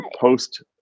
post